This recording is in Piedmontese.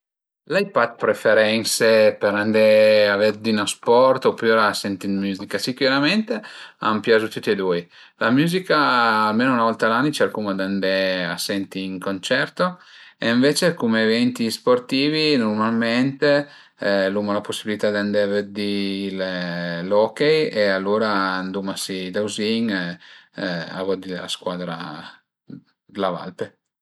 L'ai pa d'preferense për andé a vëddi ünsport opüra senti d'müzica, sicürament a m'piazu tüti e dui, la müzica almenu 'na volta a l'ani cercuma d'andé a senti ün concerto e ënvece cume eventi sportivi nurmalment l'uma la pusibilità d'andé vëddi l'hockey e alura anduma si dauzin a vëddi la scaudra d'la Valpe